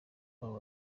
abo